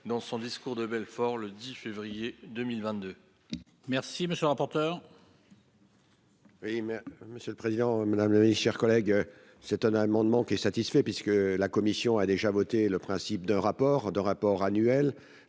dans son discours de Belfort du 10 février 2022.